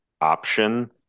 option